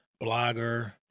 blogger